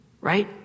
Right